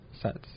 sets